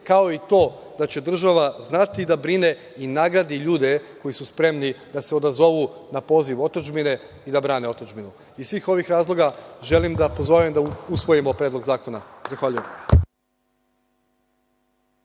kao i to da će država znati da brine i nagradi ljude koji su spremni da se odazovu na poziv otadžbine i da brane otadžbinu. Iz svih ovih razloga želim da pozovem da usvojimo predlog zakona. Zahvaljujem.